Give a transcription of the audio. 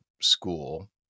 school